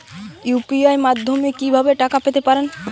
UPI মাধ্যমে কি ভাবে টাকা পেতে পারেন?